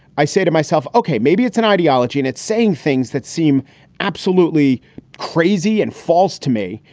i say to myself, ok, maybe it's an ideology and it's saying things that seem absolutely crazy and false to me.